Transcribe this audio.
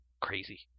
Crazy